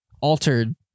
altered